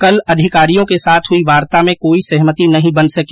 कल अधिकारियों के साथ हुई वार्ता में कोई सहमति नहीं बन सकी